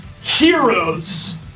Heroes